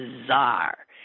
bizarre